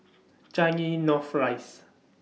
Changi North Rise